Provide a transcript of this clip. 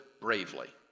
bravely